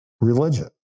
religion